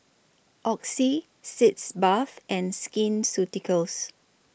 Oxy Sitz Bath and Skin Ceuticals